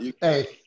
Hey